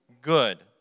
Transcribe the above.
good